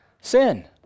sin